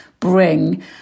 bring